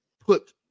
put